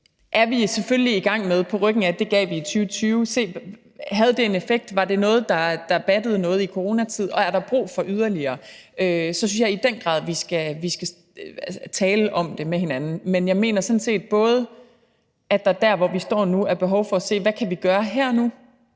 er vi selvfølgelig i gang med, på ryggen af at det gav vi i 2020. Havde det en effekt? Var det noget, der battede noget i en coronatid, og er der brug for yderligere? For så synes jeg i den grad, vi skal tale om det med hinanden. Men jeg mener sådan set, at der der, hvor vi står nu, både er behov for at se på, hvad vi kan gøre her og